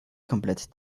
komplett